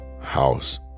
House